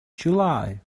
july